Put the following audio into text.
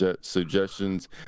suggestions